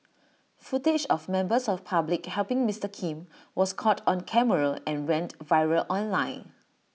footage of members of public helping Mister Kim was caught on camera and went viral online